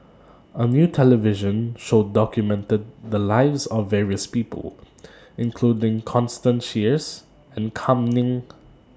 A New television Show documented The Lives of various People including Constance Sheares and Kam Ning